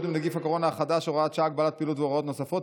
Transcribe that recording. עם נגיף הקורונה החדש (הוראת שעה) (הגבלת פעילות והוראות נוספות)